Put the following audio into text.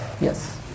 Yes